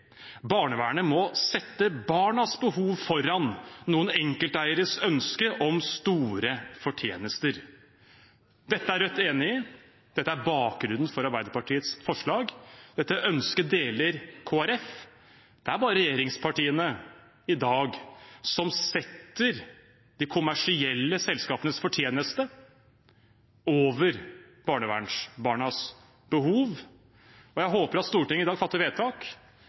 må sette barnas behov foran noen enkelteieres ønske om store fortjenester.» Dette er Rødt enig i. Dette er bakgrunnen for Arbeiderpartiets forslag. Dette ønsket deler Kristelig Folkeparti. Det er i dag bare regjeringspartiene som setter de kommersielle selskapenes fortjeneste over barnevernsbarnas behov. Jeg håper at Stortinget i dag fatter vedtak